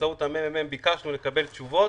באמצעות ה-ממ"מ, ביקשנו לקבל עליהן תשובות,